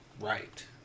right